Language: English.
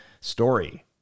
story